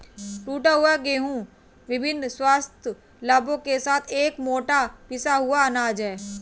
टूटा हुआ गेहूं विभिन्न स्वास्थ्य लाभों के साथ एक मोटा पिसा हुआ अनाज है